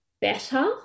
better